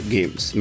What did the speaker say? Games